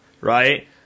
right